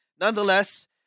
Nonetheless